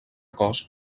cos